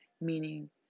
meaning